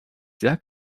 sehr